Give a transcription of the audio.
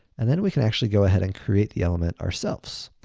and then we can actually go ahead, and create the element ourselves.